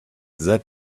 that